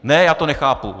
Ne, já to nechápu!